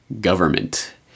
government